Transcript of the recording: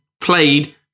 played